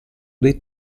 dei